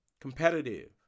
competitive